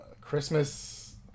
christmas